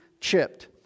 chipped